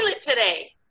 today